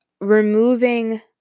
removing